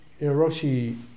Roshi